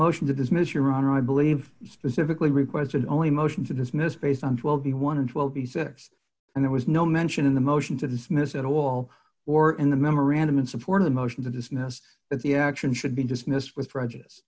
motion to dismiss your honor i believe he specifically requested only a motion to dismiss based on twelve b one and twelve b six and there was no mention in the motion to dismiss at all or in the memorandum in support of the motion to dismiss that the action should be dismissed with prejudice